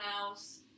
else